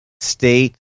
state